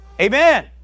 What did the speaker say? Amen